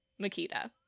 Makita